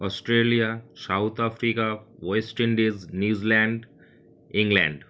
Australia South Africa West Indies New Zealand England